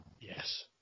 Yes